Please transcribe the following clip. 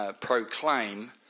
proclaim